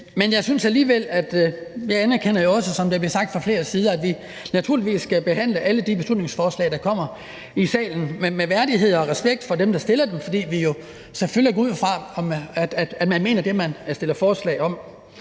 sagt fra flere sider, at vi naturligvis skal behandle alle de beslutningsforslag, der kommer i salen, med værdighed og respekt for dem, der har fremsat dem, fordi vi jo selvfølgelig går ud fra, at man mener det, man fremsætter forslag om.